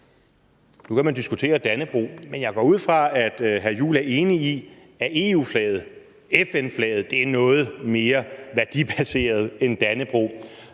Nu kan man diskutere Dannebrog, men jeg går ud fra, at hr. Christian Juhl er enig i, at EU-flaget og FN-flaget er noget mere værdibaserede end Dannebrog.